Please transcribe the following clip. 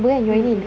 mm mm